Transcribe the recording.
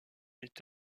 est